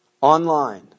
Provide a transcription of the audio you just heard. Online